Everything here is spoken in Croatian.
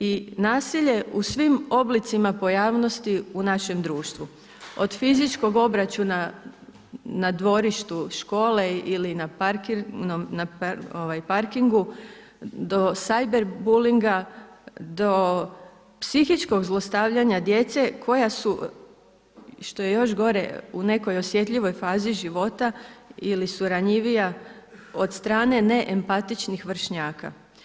I nasilje u svim oblicima pojavnosti u našem društvu, od fizičkog obračuna na dvorištu škole ili na parkingu do cyber bullinga, do psihičkog zlostavljanja djece koja su i što je još gore u nekoj osjetljivoj fazi života ili su ranjivija od strane neempatičnih vršnjaka.